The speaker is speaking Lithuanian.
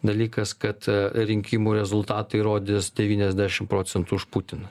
dalykas kad rinkimų rezultatai rodys devyniasdešim procentų už putiną